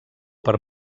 per